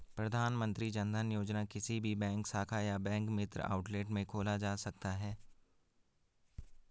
प्रधानमंत्री जनधन योजना किसी भी बैंक शाखा या बैंक मित्र आउटलेट में खोला जा सकता है